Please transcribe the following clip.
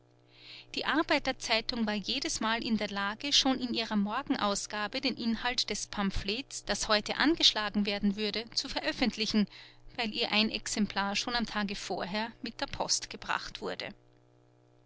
die arbeiter zeitung war jedesmal in der lage schon in ihrer morgenausgabe den inhalt des pamphlets das heute angeschlagen werden würde zu veröffentlichen weil ihr ein exemplar schon am tage vorher mit der post gebracht wurde